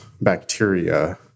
bacteria